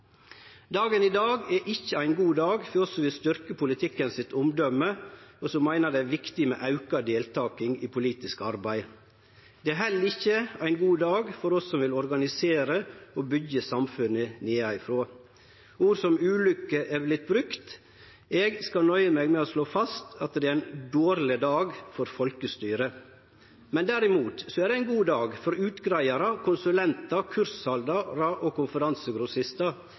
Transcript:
Dagen i dag er ikkje ein god dag for oss som vil styrkje politikken sitt omdøme, og som meiner det er viktig med auka deltaking i politisk arbeid. Det er heller ikkje ein god dag for oss som vil organisere og byggje samfunnet nedanfrå. Eit ord som «ulukke» er vorte brukt. Eg skal nøye meg med å slå fast at det er ein dårleg dag for folkestyret. Derimot er det ein god dag for utgreiarar, konsulentar, kurshaldarar og